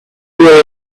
were